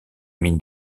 mines